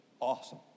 awesome